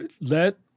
let